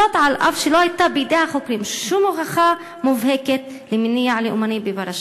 זאת על אף שלא הייתה בידי החוקרים שום הוכחה מובהקת למניע לאומני בפרשה.